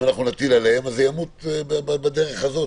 אם אנחנו נטיל עליהם אז זה ימות בדרך הזו,